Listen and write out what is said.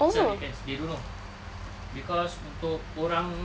self defence they don't know cause untuk orang